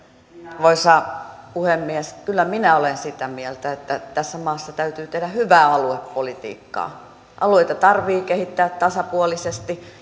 arvoisa puhemies kyllä minä olen sitä mieltä että tässä maassa täytyy tehdä hyvää aluepolitiikkaa alueita tarvitsee kehittää tasapuolisesti